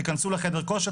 תיכנסו לחדר כושר,